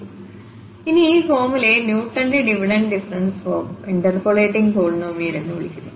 ശരി അതിനാൽ ഈ ഫോർമുലയെ ന്യൂട്ടന്റെ ഡിവിഡഡ് ഡിഫറെൻസ് ഇന്റർപോളേറ്റിംഗ് പോളിനോമിയൽ എന്ന് വിളിക്കുന്നു